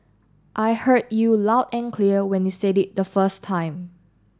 I heard you loud and clear when you said it the first time